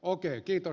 okei kiitos